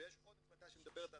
ויש עוד החלטה שמדברת על